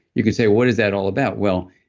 you could say, what is that all about? well,